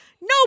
No